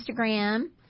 Instagram